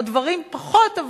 או דברים פחותים,